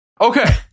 Okay